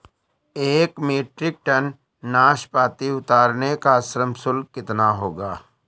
एक metric tonne नाशपाती उतारने का श्रम शुल्क कितना होगा?